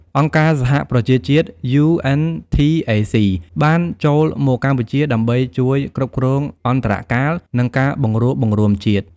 អង្គការសហប្រជាជាតិ (UNTAC) បានចូលមកកម្ពុជាដើម្បីជួយគ្រប់គ្រងអន្តរកាល និងការបង្រួបបង្រួមជាតិ។